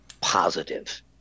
positive